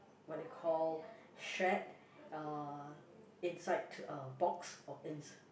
what you called shed uh inside a box or in